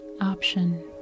option